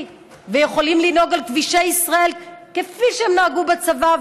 ויכולים לנהוג על כבישי ישראל כפי שהם נהגו בצבא.